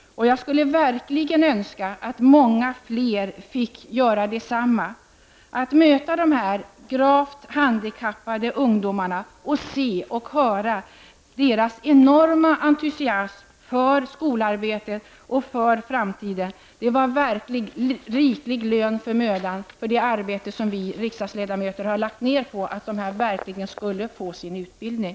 Jag skulle verkligen önska att många fler fick uppleva detsamma. Att få möta de gravt handikappade ungdomarna, se och höra deras enorma entusiasm för skolarbetet och framtiden var verkligen en riklig lön för den möda och det arbete vi riksdagsledamöter har lagt ned för att dessa handikappade ungdomar skall få sin utbildning.